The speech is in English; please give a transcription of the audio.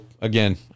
again